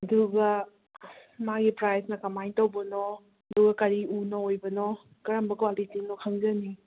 ꯑꯗꯨꯒ ꯃꯥꯒꯤ ꯄ꯭ꯔꯥꯏꯁꯅ ꯀꯃꯥꯏꯅ ꯇꯧꯕꯅꯣ ꯑꯗꯨꯒ ꯀꯔꯤ ꯎꯅ ꯑꯣꯏꯕꯅꯣ ꯀꯔꯝꯕ ꯀ꯭ꯋꯥꯂꯤꯇꯤꯅꯣ ꯈꯪꯖꯅꯤꯡꯉꯤ